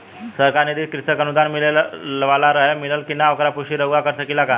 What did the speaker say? सरकार निधि से कृषक अनुदान मिले वाला रहे और मिलल कि ना ओकर पुष्टि रउवा कर सकी ला का?